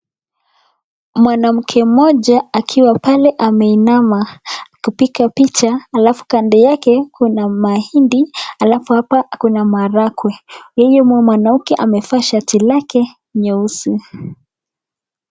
Mwanamke mmoja, akiwa pale ameinama kupiga picha. Alafu kando yake kuna mahindi, alafu hapa ako na maharagwe. Huyu mwanamke amevaa shati lake, nyeusi.